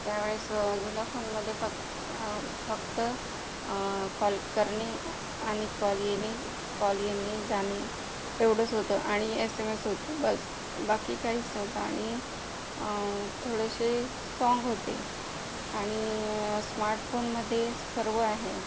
त्यावेळेस जुन्या फोनमध्ये फक फक्त कॉल करणे आणि कॉल येणे कॉल येणे जाणे एवढंच होतं आणि एस एम एस होतं बस बाकी काहीच नव्हतं आणि थोडेसे साँग होते आणि स्मार्ट फोनमध्ये सर्व आहे